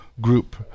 group